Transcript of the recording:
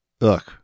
look